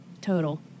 total